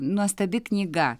nuostabi knyga